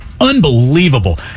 Unbelievable